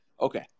Okay